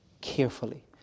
carefully